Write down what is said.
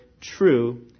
true